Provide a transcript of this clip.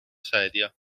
sedia